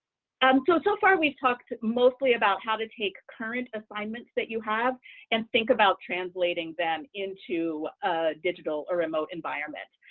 um so, so far, we've talked mostly about how to take current assignments that you have and think about translating them into a digital or remote environment,